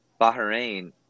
Bahrain